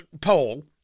poll